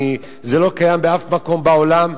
זה לא קיים באף מקום בעולם,